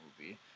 movie